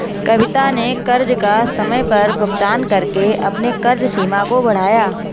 कविता ने कर्ज का समय पर भुगतान करके अपने कर्ज सीमा को बढ़ाया